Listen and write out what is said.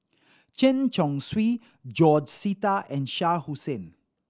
Chen Chong Swee George Sita and Shah Hussain